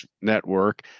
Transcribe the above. Network